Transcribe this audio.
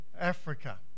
Africa